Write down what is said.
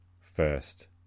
first